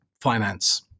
finance